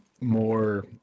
more